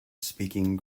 speaking